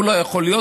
הוא לא יכול להיות,